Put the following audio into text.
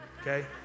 okay